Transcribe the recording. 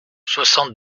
soixante